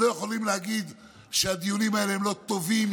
שלא יכולים להגיד שהדיונים האלה הם לא טובים,